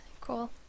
Cool